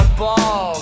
ball